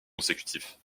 consécutif